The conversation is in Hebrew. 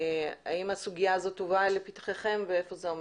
האם הסוגיה הזאת הובאה לפתחכם והיכן זה עומד?